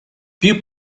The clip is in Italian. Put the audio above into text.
più